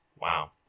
Wow